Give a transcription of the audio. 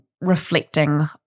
reflecting